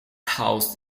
housed